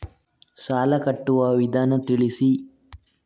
ಸಾಲ ಕಟ್ಟುವ ವಿಧಾನ ತಿಳಿಸಿ?